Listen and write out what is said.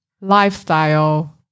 lifestyle